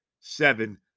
seven